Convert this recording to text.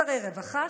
שרי רווחה,